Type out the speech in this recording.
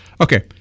okay